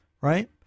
right